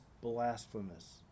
blasphemous